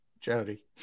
Jody